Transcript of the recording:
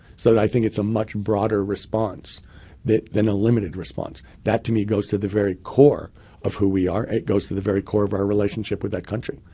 so i think it's a much broader response than a limited response. that to me goes to the very core of who we are. it goes to the very core of our relationship with that country.